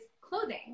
clothing